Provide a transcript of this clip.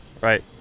right